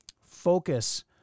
focus